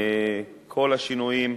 כל השינויים,